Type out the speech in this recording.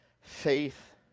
faith